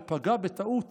ופגע בטעות